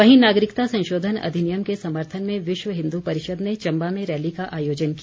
वहीं नागरिकता संशोधन अधिनियम के समर्थन में विश्व हिन्दू परिषद ने चम्बा में रैली का आयोजन किया